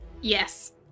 yes